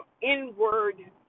inward